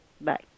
Bye